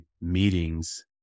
meetings